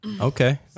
okay